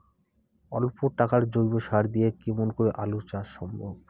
অল্প টাকার জৈব সার দিয়া কেমন করি আলু চাষ সম্ভব?